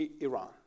Iran